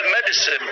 medicine